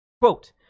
Quote